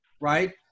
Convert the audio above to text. right